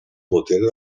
potere